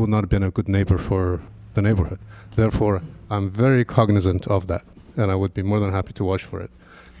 would not have been a good neighbor for the neighborhood therefore i'm very cognizant of that and i would be more than happy to watch for it